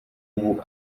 ubu